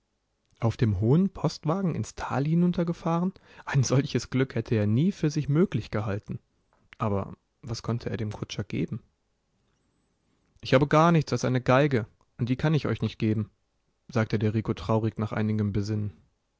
auf dem hohen postwagen ins tal hinunter gefahren ein solches glück hätte er nie für sich möglich gehalten aber was konnte er dem kutscher geben ich habe gar nichts als eine geige und die kann ich euch nicht geben sagte der rico traurig nach einigem besinnen